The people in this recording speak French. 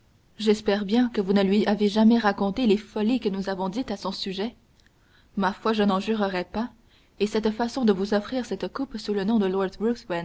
j'espère bien que vous ne lui avez jamais raconté les folies que nous avons dites à son sujet ma foi je n'en jurerais pas et cette façon de vous offrir cette coupe sous le nom de